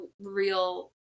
real